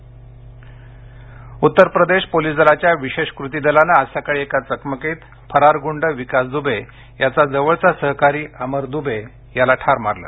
उत्तर प्रदेश चकमक उत्तर प्रदेश पोलीस दलाच्या विशेष कृती दलानं आज सकाळी एका चकमकीत फरार गुंड विकास दुबे याचा जवळचा सहकारी अमर दुबे याला ठार मारलं